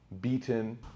beaten